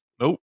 Nope